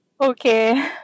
Okay